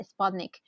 Sputnik